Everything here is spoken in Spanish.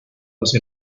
hacia